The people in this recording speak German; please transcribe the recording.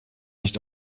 nicht